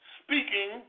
speaking